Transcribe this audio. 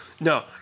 No